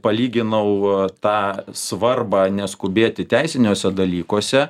palyginau tą svarbą neskubėti teisiniuose dalykuose